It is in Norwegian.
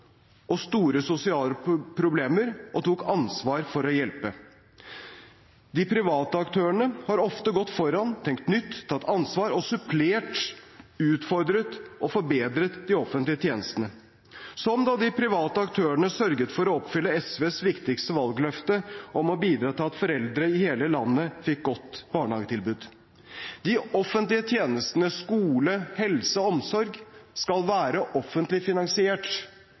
og store sosiale problemer og tok ansvar for å hjelpe. De private aktørene har ofte gått foran, tenkt nytt, tatt ansvar og supplert, utfordret og forbedret de offentlige tjenestene – som da de private aktørene sørget for å oppfylle SVs viktigste valgløfte, om å bidra til at foreldre i hele landet fikk et godt barnehagetilbud. De offentlige tjenestene skole, helse og omsorg skal være offentlig finansiert,